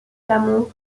l’amour